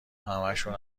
همشون